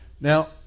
Now